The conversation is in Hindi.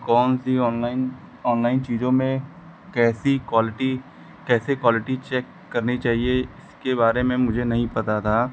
कौन सी ऑनलाइन ऑनलाइन चीज़ों में कैसी क्वालिटी कैसे क्वालिटी चेक करनी चाहिए इसके बारे में मुझे नहीं पता था